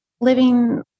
living